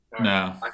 No